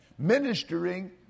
ministering